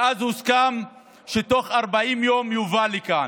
ואז הוסכם שתוך 40 יום הוא יובא לכאן,